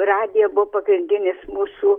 radija buvo pagrindinis mūsų